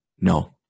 no